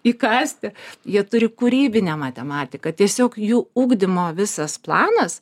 įkąsti jie turi kūrybinę matematiką tiesiog jų ugdymo visas planas